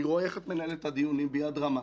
אני רואה איך את מנהלת את הדיונים ביד רמה,